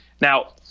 Now